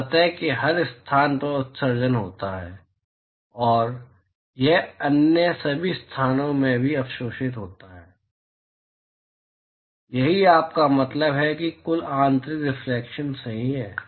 तो सतह के हर स्थान से उत्सर्जन होता है यह अन्य सभी स्थानों में भी अवशोषित होता है यही आपका मतलब है कि कुल आंतरिक रिफ्लेक्शन सही है